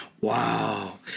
Wow